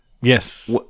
Yes